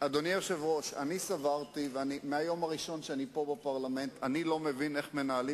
ידע לבוא ולומר גם על המשבר